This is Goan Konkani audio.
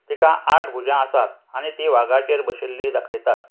तिका आठ भूजां आसात आनी ती वागाचेर बशिल्ली दाखयतात